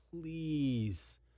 Please